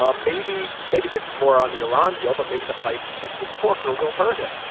ah maybe maybe this is more on the iran deal, but maybe the fight he picked with corker will hurt him.